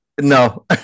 No